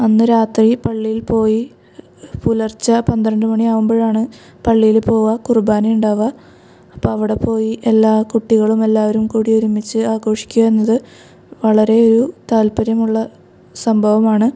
അന്ന് രാത്രി പള്ളിയിൽ പോയി പുലർച്ച പന്ത്രണ്ട് മണിയാവുമ്പോഴാണ് പള്ളിയിൽ പോവുക കുർബാന ഉണ്ടാവുക അപ്പം അവിടെ പോയി എല്ലാ കുട്ടികളും എല്ലാവരും കൂടി ഒരുമിച്ച് ആഘോഷിക്കുക എന്നത് വളരെ ഒരു താൽപ്പര്യമുള്ള സംഭവമാണ്